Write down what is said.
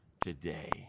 today